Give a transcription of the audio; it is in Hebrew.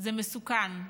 זה מסוכן.